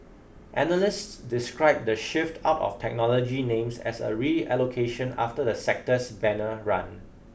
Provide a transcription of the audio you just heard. analysts described the shift out of technology names as a reallocation after the sector's banner run